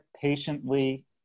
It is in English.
patiently